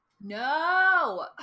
No